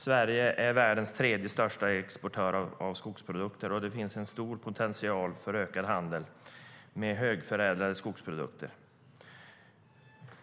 Sverige är världens tredje största exportör av skogsprodukter, och det finns en stor potential för ökad handel med högförädlade skogsprodukter.